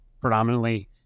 predominantly